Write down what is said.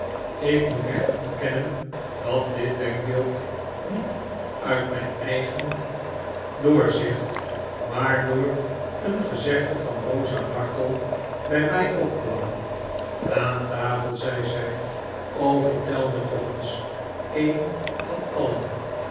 ik moet echter bekennen dat dit denkbeeld niet uit mijn eigen doorzicht maar door een gezegde van rosa dartle bij mij opkwam aan tafel zei zij vertel me toch eens een van alien